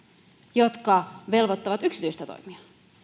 jotka velvoittavat yksityistä toimijaa